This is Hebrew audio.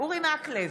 אורי מקלב,